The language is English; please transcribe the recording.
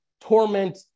torment